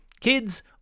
kids